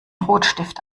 rotstift